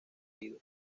herido